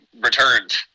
returned